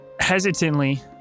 Hesitantly